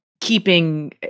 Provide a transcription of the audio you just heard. keeping